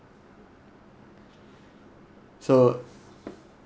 so